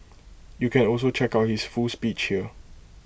you can also check out his full speech here